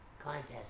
Contest